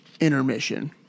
intermission